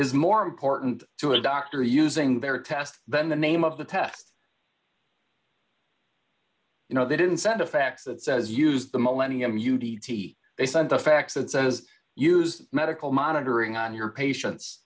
is more important to a doctor using their test than the name of the test you know they didn't send a fax that says use the millennium u d t they send a fax that says use medical monitoring on your patien